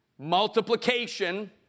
multiplication